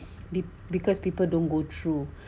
the because people don't go through